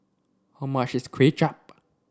how much is Kuay Chap